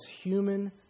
human